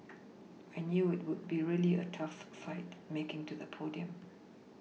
I knew it would be a really tough fight making to the podium